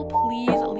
please